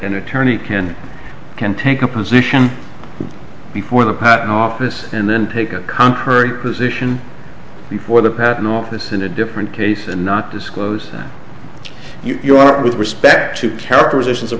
attorney can can take a position before the patent office and then take a contrary position before the patent office in a different case and not disclose that you want with respect to characterizations of